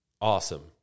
awesome